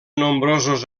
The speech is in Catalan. nombrosos